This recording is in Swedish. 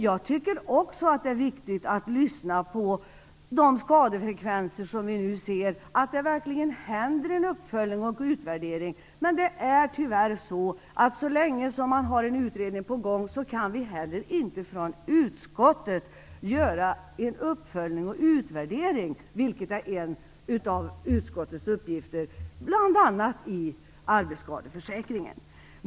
Jag tycker också att det är riktigt att höra efter att det verkligen sker en uppföljning och utvärdering av de skadefrekvenser som vi nu ser. Men det är tyvärr så, att så länge man har en utredning på gång kan vi heller inte från utskottet göra en uppföljning och utvärdering, vilket är en av utskottets uppgifter bl.a. när det gäller arbetsskadeförsäkringen.